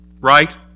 right